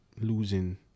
losing